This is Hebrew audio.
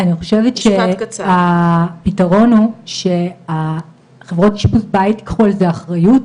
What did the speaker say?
אני חושבת שהפתרון הוא שהחברות אשפוז בית ייקחו על זה אחריות,